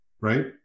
Right